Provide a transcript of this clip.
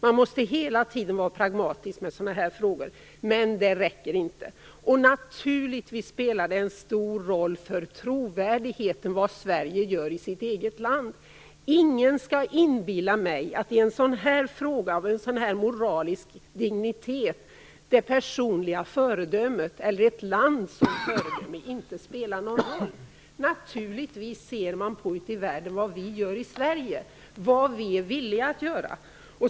Man måste hela tiden vara pragmatisk med sådana här frågor. Men det räcker inte. Naturligtvis spelar det en stor roll för trovärdigheten vad Sverige gör i sitt eget land. Ingen skall inbilla mig att det personliga föredömet, eller ett lands föredöme, inte spelar någon roll i en fråga av sådan här moralisk dignitet. Naturligtvis ser man ute i världen på vad vi gör i Sverige, vad vi är villiga att göra.